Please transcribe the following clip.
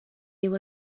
you